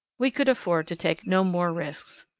we could afford to take no more risks.